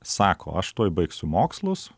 sako aš tuoj baigsiu mokslus